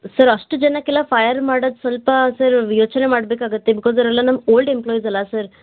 sir ಅಷ್ಟು ಜನಕ್ಕೆಲ್ಲ fire ಮಾಡೋದು ಸ್ವಲ್ಪ ಸರ್ ಯೋಚನೆ ಮಾಡಬೇಕಾಗತ್ತೆ ಬಿಕಾಸ್ ಅವರೆಲ್ಲ ನಮ್ಮ ಓಲ್ಡ್ ಎಂಪ್ಲಾಯ್ಸಲ್ಲ ಸರ್